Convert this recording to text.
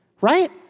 right